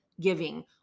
giving